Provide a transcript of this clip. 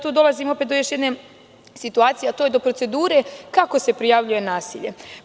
Tu dolazimo do još jedne situacije, do procedure kako se prijavljuje nasilje.